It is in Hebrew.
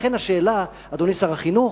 לכן, השאלה, אדוני שר החינוך,